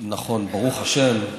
ברוך השם.